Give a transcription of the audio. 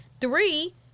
Three